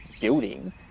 building